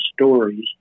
stories